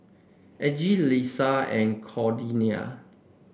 Algie Leesa and Cordelia